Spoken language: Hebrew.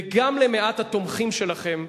וגם מעט התומכים שלכם,